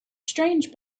strange